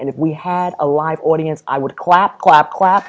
and if we had a live audience i would quack quack quack